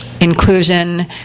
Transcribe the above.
inclusion